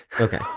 okay